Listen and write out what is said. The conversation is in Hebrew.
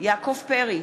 יעקב פרי,